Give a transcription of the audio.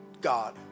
God